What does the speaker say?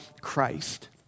Christ